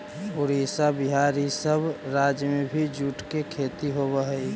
उड़ीसा, बिहार, इ सब राज्य में भी जूट के खेती होवऽ हई